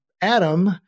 Adam